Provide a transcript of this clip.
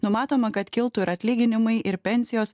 numatoma kad kiltų ir atlyginimai ir pensijos